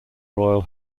royal